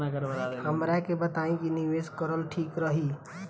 हमरा के बताई की निवेश करल ठीक रही?